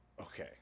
Okay